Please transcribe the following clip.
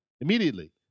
immediately